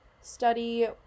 study